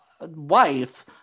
wife